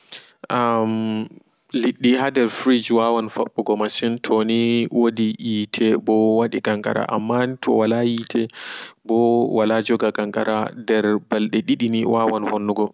Ammm liddi ha nder fridge wawan faɓɓugo masin toni wodi yiite ko kankara am mani towala yiite ɓo wala joga kankara nderr ɓalde didini wawan wonnugo.